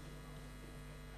הצבעה.